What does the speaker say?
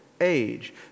age